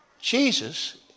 Jesus